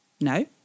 No